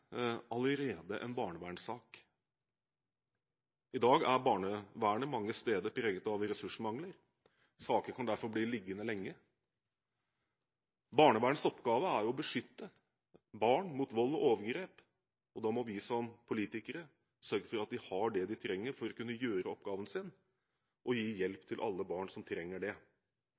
allerede en barnevernssak. I dag er barnevernet mange steder preget av ressursmangel. Saker kan derfor bli liggende lenge. Barnevernets oppgave er jo å beskytte barn mot vold og overgrep, og da må vi som politikere sørge for at de har det de trenger for å kunne utføre oppgaven sin og gi hjelp til alle barn som trenger det.